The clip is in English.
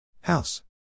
House